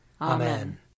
Amen